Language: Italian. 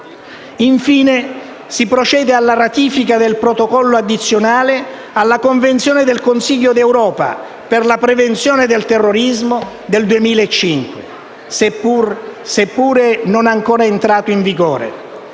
Infine si procede alla ratifica del Protocollo addizionale alla Convenzione del Consiglio d'Europa per la prevenzione del terrorismo del 2005. Seppur non ancora entrato in vigore,